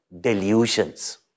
delusions